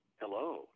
Hello